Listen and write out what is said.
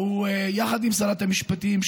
והוא ושרת המשפטים,